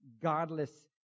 godless